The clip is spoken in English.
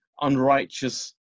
unrighteous